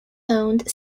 owned